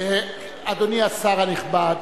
אדוני השר הנכבד